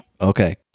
Okay